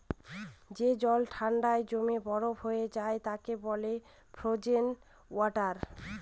যে জল ঠান্ডায় জমে বরফ হয়ে যায় তাকে বলে ফ্রোজেন ওয়াটার